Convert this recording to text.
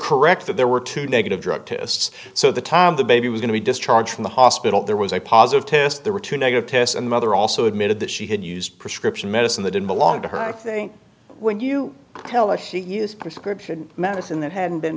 correct that there were two negative drug tests so the the baby was going to be discharged from the hospital there was a positive test there were two negative tests and mother also admitted that she had used prescription medicine that didn't belong to her i think when you tell us she used prescription medicine that had been